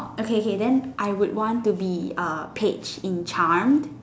okay K K then I would want to be uh Paige in charmed